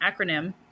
acronym